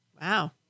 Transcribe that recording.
Wow